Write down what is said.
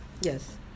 Yes